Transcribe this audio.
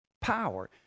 Power